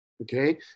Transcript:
okay